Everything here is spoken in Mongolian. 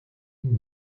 минь